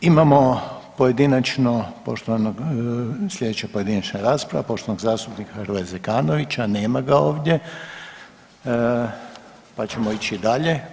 Ovaj imamo pojedinačno poštovanog, slijedeća pojedinačna rasprava poštovanog zastupnika Hrvoja Zekanovića, nema ga ovdje, pa ćemo ići dalje.